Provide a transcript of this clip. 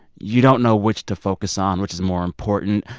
you don't know which to focus on, which is more important.